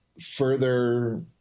Further